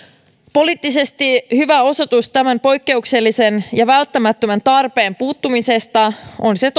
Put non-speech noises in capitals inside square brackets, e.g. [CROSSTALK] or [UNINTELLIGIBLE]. poliittisesti hyvä osoitus tämän poikkeuksellisen ja välttämättömän tarpeen puuttumisesta on se [UNINTELLIGIBLE]